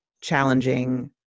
challenging